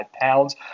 pounds